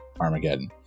Armageddon